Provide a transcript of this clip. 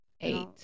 Eight